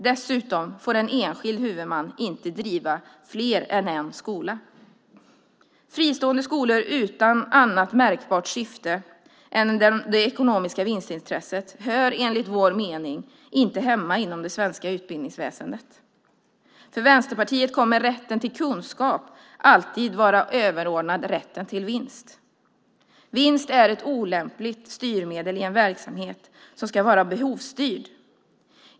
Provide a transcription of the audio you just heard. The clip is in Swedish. Dessutom får en enskild huvudman inte driva fler än en skola. Fristående skolor utan annat märkbart syfte än det ekonomiska vinstintresset hör, enligt vår mening, inte hemma inom det svenska utbildningsväsendet. För Vänsterpartiet kommer rätten till kunskap alltid vara överordnad rätten till vinst. Vinst är ett olämpligt styrmedel i en verksamhet som ska vara behovsstyrd.